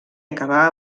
acabà